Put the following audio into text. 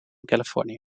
california